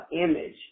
image